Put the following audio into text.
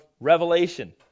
Revelation